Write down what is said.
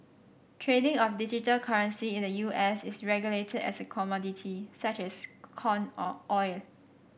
trading of digital currency in the U S is regulated as a commodity such as corn or oil